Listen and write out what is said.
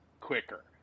quicker